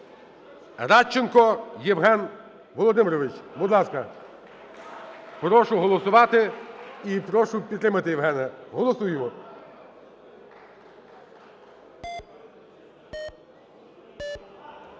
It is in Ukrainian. Радченко Євген Володимирович, будь ласка. Прошу голосувати і прошу підтримати Євгена. Голосуємо.